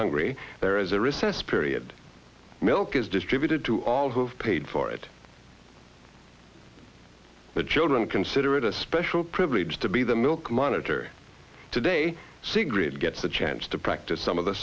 hungry there is a recess period milk is distributed to all who have paid for it the children consider it a special privilege to be the milk monitor today sigrid gets a chance to practice some of the